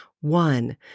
one